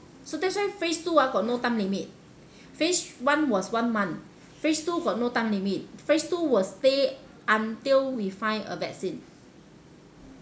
so that's why phase two ah got no time limit phase one was one month phase two got no time limit phase two will stay until we find a vaccine